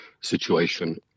situation